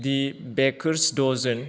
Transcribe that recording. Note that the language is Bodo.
D baker's dozen